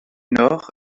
nord